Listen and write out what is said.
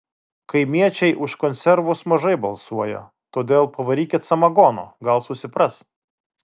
kaimiečiai už konservus mažai balsuoja todėl pavarykit samagono gal susipras